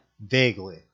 Vaguely